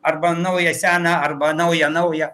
arba naują seną arba naują naują